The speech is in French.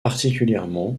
particulièrement